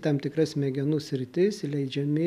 tam tikra smegenų sritis įleidžiami